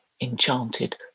enchanted